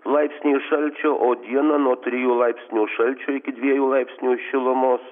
laipsnių šalčio o dieną nuo trijų laipsnių šalčio iki dviejų laipsnių šilumos